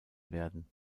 werden